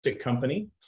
company